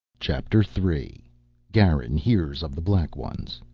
chapter three garin hears of the black ones